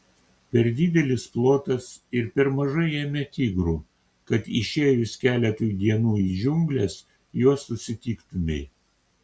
per didelis plotas ir per mažai jame tigrų kad išėjus keletui dienų į džiungles juos susitiktumei